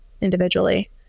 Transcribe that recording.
individually